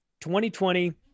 2020